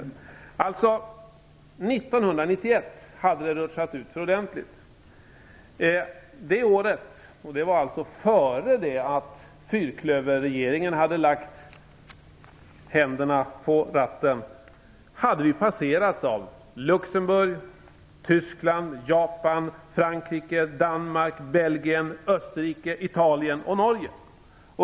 År 1991 hade det rutschat utför ordentligt; det var alltså innan fyrklöverregeringen hade lagt händerna på ratten. 1991 hade vi passerats av Luxemburg, Tyskland, Japan, Frankrike, Danmark, Belgien, Österrike, Italien och Norge.